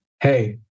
hey